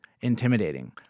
intimidating